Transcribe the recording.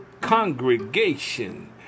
congregation